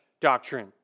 doctrine